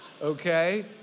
Okay